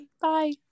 Bye